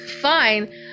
Fine